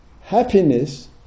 happiness